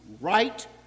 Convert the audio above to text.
right